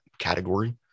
category